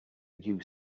you